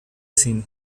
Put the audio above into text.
cine